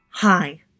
Hi